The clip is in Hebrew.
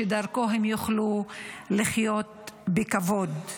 שדרכו הם יוכלו לחיות בכבוד.